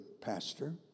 pastor